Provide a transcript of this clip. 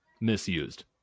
misused